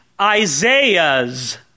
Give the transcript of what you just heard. Isaiah's